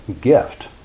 gift